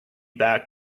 back